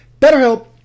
BetterHelp